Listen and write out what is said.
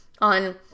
on